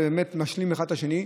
זה משלים אחד את השני,